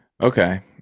Okay